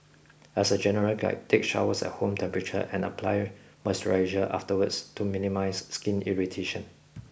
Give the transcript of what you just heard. as a general guide take showers at room temperature and apply moisturiser afterwards to minimise skin irritation